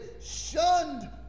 shunned